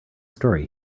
story